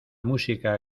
música